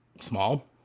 small